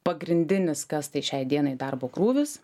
pagrindinis kas tai šiai dienai darbo krūvis